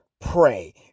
pray